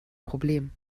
problem